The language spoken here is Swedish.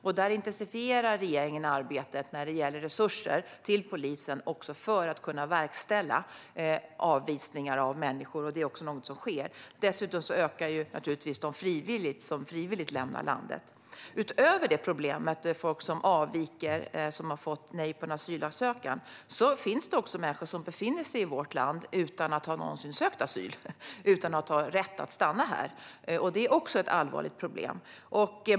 Regeringen intensifierar arbetet när det gäller resurser till polisen för att kunna verkställa avvisningar av människor. Det är också något som sker. Dessutom ökar naturligtvis antalet personer som frivilligt lämnar landet. Utöver problemet med folk som avviker efter att ha fått nej på sin asylansökan finns det också människor som befinner sig i vårt land utan att någonsin ha sökt asyl och utan att ha rätt att stanna här. Även det är ett allvarligt problem.